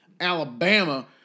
Alabama